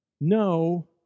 no